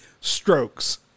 strokes